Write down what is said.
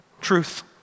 Truth